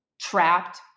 trapped